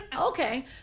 okay